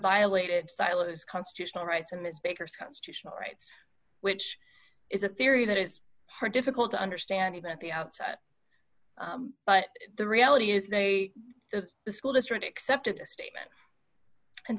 violated silos constitutional rights and ms baker's constitutional rights which is a theory that is hard difficult to understand even at the outset but the reality is they the school district accepted this statement and